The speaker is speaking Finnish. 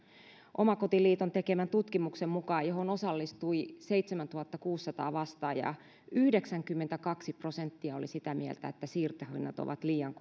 omakotiliiton tekemän tutkimuksen mukaan johon osallistui seitsemäntuhattakuusisataa vastaajaa yhdeksänkymmentäkaksi prosenttia oli sitä mieltä että siirtohinnat ovat liian